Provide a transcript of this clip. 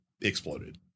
exploded